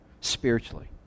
spiritually